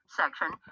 section